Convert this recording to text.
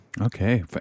Okay